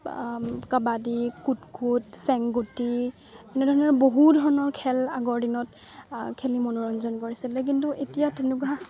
বা কাবাডী কুটকুট চেংগুটি এনেধৰণৰ বহু ধৰণৰ খেল আগৰ দিনত খেলি মনোৰঞ্জন কৰিছিলে কিন্তু এতিয়া তেনেকুৱা